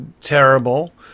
terrible